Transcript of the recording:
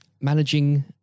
managing